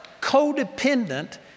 codependent